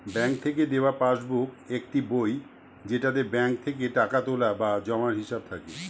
bank থেকে দেওয়া passbook একটি বই যেটাতে ব্যাঙ্ক থেকে টাকা তোলা বা জমার হিসাব থাকে